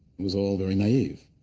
was all very naive.